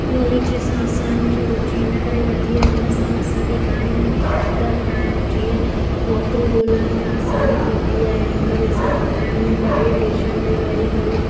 knowledge सां असांजी रुची इन करे वधी आहे उन सां असांखे घणाई फ़ाइदा थिया आहिनि जीअं नौकिरी ॻोल्हण में आसानी थींदी आहे हिकु ॿिए सां ॻाल्हाइण में परे देशनि में बि रही करे